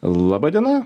laba diena